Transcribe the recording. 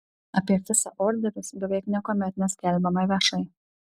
apie fisa orderius beveik niekuomet neskelbiama viešai